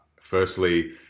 Firstly